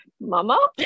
Mama